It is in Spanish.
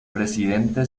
presidente